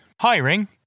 Hiring